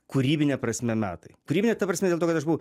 kūrybine prasme metai priminė ta prasme dėl to kad aš buvau